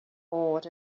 awed